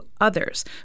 others